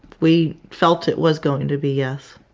we felt it was going to be, yes.